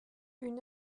une